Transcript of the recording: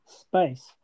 space